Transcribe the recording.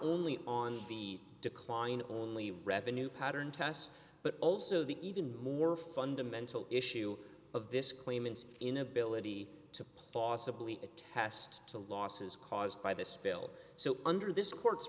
only on the decline only revenue pattern test but also the even more fundamental issue of this claimants inability to plausibly attest to losses caused by the spill so under this court